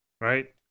Right